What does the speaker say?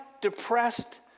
depressed